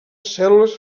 cèl·lules